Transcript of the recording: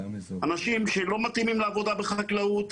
אנשים שלא מתאימים לעבודה בחקלאות,